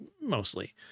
mostly